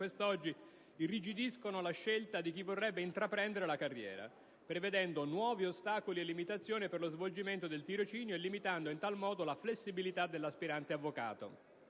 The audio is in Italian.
esame, irrigidiscono la scelta di chi vorrebbe intraprendere la carriera forense, prevedendo nuovi ostacoli e limitazioni per lo svolgimento del tirocinio e limitando in tal modo la flessibilità dell'aspirante avvocato